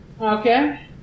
Okay